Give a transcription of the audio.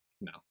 No